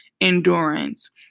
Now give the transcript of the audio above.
endurance